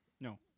No